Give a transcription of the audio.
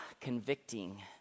convicting